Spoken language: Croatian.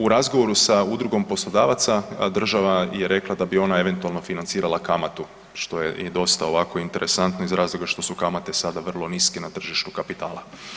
U razgovoru sa Udrugom poslodavaca, a država je rekla da bi ona eventualno financirala kamatu, što je dosta ovako interesantno iz razloga što su kamate sada vrlo niske na tržištu kapitala.